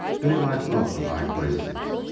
daylight loved the high places,